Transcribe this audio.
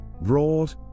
Broad